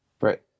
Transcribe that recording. Right